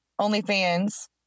OnlyFans